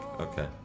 Okay